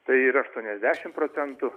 tai yra aštuoniasdešimt procentų